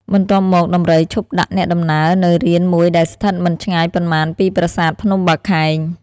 បន្ទាប់មក ដំរីឈប់ដាក់អ្នកដំណើរនៅរានមួយដែលស្ថិតមិនឆ្ងាយប៉ុន្មានពីប្រាសាទ ភ្នំបាខែង ។